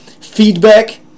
feedback